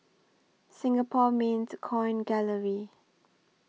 Singapore Mint Coin Gallery